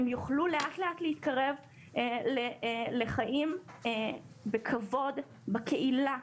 הם יוכלו לאט לאט להתקרב לחיים בכבוד בקהילה,